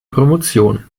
promotion